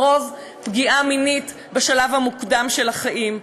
לרוב פגיעה מינית בשלב המוקדם של החיים,